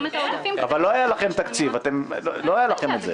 --- אבל לא היה לכם תקציב, לא היה לכם את זה.